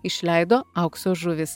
išleido aukso žuvys